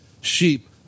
sheep